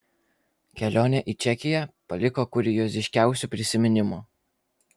kelionė į čekiją paliko kurioziškiausių prisiminimų